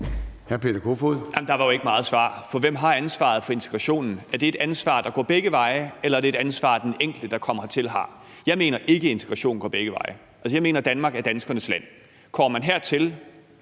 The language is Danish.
det var dog ikke meget svar i det. For hvem har ansvaret for integrationen? Er det et ansvar, der går begge veje, eller er det et ansvar, den enkelte, der kommer hertil, har? Jeg mener ikke, at integrationen går begge veje. Jeg mener, at Danmark er danskernes land. Kommer man hertil,